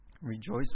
Rejoice